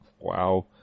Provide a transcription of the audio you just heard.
Wow